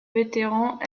vétérans